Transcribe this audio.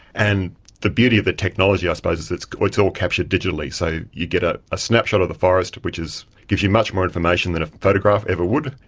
and the beauty of the technology i suppose is it's it's all captured digitally, so you get ah a snapshot of the forest which gives you much more information than a photograph ever would,